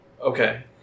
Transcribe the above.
Okay